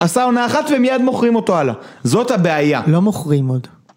עשה עונה אחת ומיד מוכרים אותו הלאה. זאת הבעיה. לא מוכרים עוד.